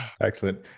Excellent